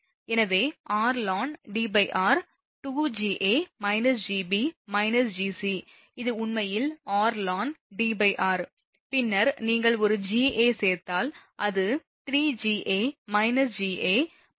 எனவே r ln Dr2Ga − Gb − Gc இது உண்மையில் r ln Dr பின்னர் நீங்கள் ஒரு Ga சேர்த்தால் அது 3 Ga − Ga − Gb − Gc